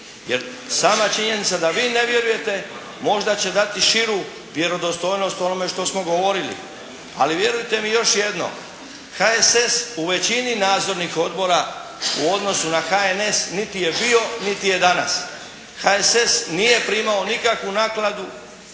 sama činjenica da vi ne vjerujete možda će dati širu vjerodostojnost onome što smo govorili. Ali vjerujte mi još jedno. HSS u većini nadzornih odbora u odnosu na HNS niti je bio, niti je danas. HSS nije primao nikakvu naknadu